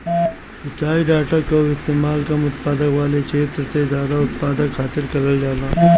सिंचाई डाटा कअ इस्तेमाल कम उत्पादकता वाला छेत्र में जादा उत्पादकता खातिर करल जाला